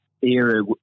era